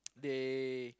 they